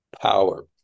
power